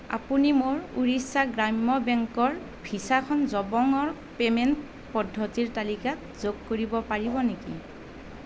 আপুনি মোৰ উৰিষ্যা গ্ৰাম্য বেংকৰ ভিছাখন জবঙৰ পে'মেণ্ট পদ্ধতিৰ তালিকাত যোগ কৰিব পাৰিব নেকি